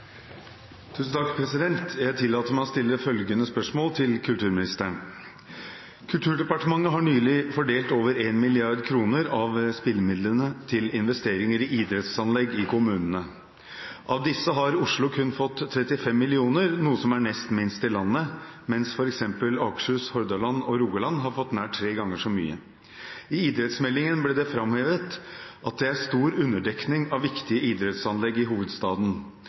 kulturministeren, som er bortreist. «Kulturdepartementet har nylig fordelt over 1 milliard kroner av spillemidlene til investeringer i idrettsanlegg i kommunene. Av disse har Oslo kun fått 35 millioner kroner, noe som er nest minst i landet, mens f.eks. Akershus, Hordaland og Rogaland har fått nær tre ganger så mye. I idrettsmeldingen ble det framhevet at det er stor underdekning av viktige idrettsanlegg i hovedstaden,